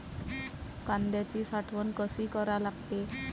कांद्याची साठवन कसी करा लागते?